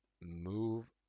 move